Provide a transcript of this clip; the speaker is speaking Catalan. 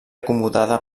acomodada